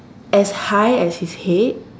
as high as his head